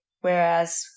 whereas